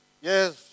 Yes